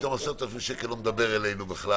שפתאום קנס של 10,000 שקל לא מדבר אלינו בכלל.